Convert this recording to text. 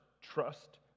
trust